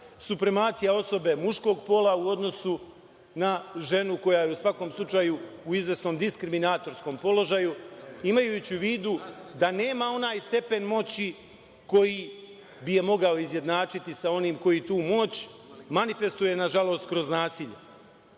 supremacija osobe muškog pola u odnosu na ženu koje je u svakom slučaju u izvesnom diskriminatorskom položaju, imajući u vidu da nema onaj stepen moći koji bi je mogao izjednačiti sa onim koji tu moć manifestuje, nažalost kroz nasilje. Ovaj